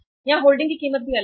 यहां होल्डिंग की कीमत भी अलग है